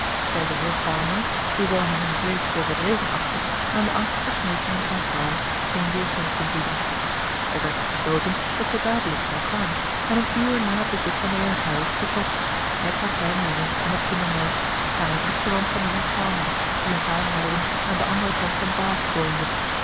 de heer palmer hoewel hij hun vrees overdreven achtte aan de angstige smeekingen van vrouw geen weerstand kon bieden er werd dus besloten dat zij dadelijk zou gaan en een uur na het bezoek van den heer harris vertrok zij met haar kleinen jongen en het kindermeisje naar een bloedverwant van den heer palmer die een paar mijlen aan den anderen kant van bath woonde